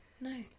No